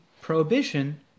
prohibition